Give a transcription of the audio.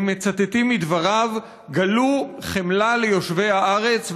הם מצטטים מדבריו: גלו חמלה ליושבי הארץ,